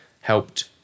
helped